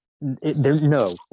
No